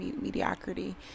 mediocrity